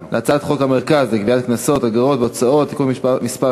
המרכז לגביית קנסות, אגרות והוצאות (תיקון מס'